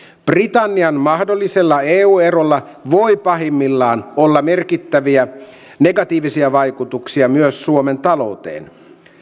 britannian mahdollisella eu erolla voi pahimmillaan olla merkittäviä negatiivisia vaikutuksia myös suomen talouteen